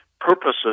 purposes